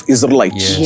Israelites